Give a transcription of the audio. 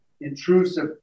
intrusive